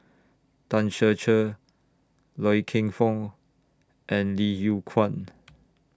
Tan Ser Cher Loy Keng Foo and Li Yew Kuan